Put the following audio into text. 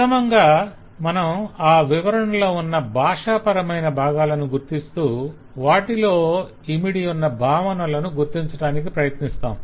ప్రధమంగా మనం ఆ వివరణలో ఉన్న భాషాపరమైన బాగాలను గుర్తిస్తూ వాటిలో ఇమిడియున్న భావనలను గుర్తించటానికి ప్రయత్నిస్తాం